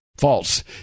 False